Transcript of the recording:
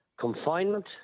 confinement